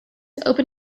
open